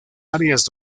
áreas